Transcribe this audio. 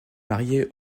mariée